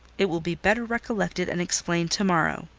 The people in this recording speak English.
it will be better recollected and explained to-morrow.